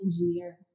engineer